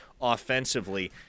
offensively